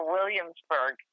Williamsburg